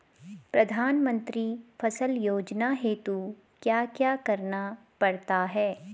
प्रधानमंत्री फसल योजना हेतु क्या क्या करना पड़ता है?